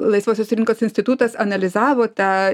laisvosios rinkos institutas analizavo tą